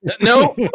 No